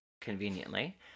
conveniently